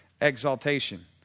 exaltation